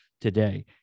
today